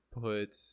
put